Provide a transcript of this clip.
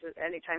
Anytime